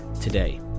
today